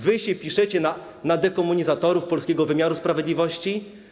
Wy się piszecie na dekomunizatorów polskiego wymiaru sprawiedliwości?